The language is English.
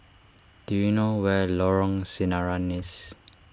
do you know where Lorong Sinaran